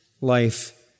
life